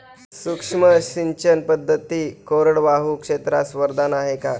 सूक्ष्म सिंचन पद्धती कोरडवाहू क्षेत्रास वरदान आहे का?